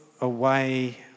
away